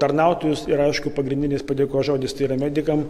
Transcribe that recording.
tarnautojus ir aišku pagrindinis padėkos žodis tai yra medikam